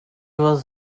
was